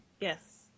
Yes